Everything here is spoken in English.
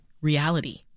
reality